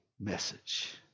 message